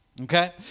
okay